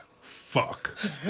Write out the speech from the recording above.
fuck